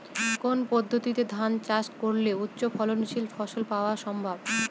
কোন পদ্ধতিতে ধান চাষ করলে উচ্চফলনশীল ফসল পাওয়া সম্ভব?